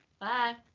bye